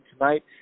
tonight